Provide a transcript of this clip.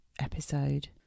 episode